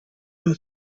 her